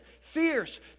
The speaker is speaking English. fierce